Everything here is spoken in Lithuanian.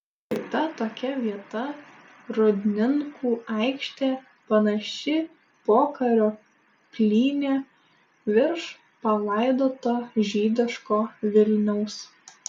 kita tokia vieta rūdninkų aikštė panaši pokario plynė virš palaidoto žydiško vilniaus